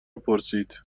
پرسید